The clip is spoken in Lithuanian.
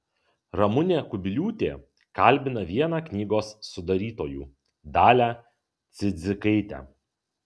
ramunė kubiliūtė kalbina vieną knygos sudarytojų dalią cidzikaitę